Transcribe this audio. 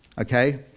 Okay